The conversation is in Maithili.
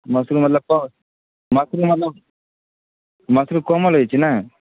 मशरूम मतलब तऽ मशरूम मतलब मशरूम कोमल होइ छै नहि